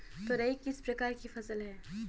तोरई किस प्रकार की फसल है?